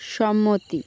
সম্মতি